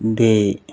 ਦੇ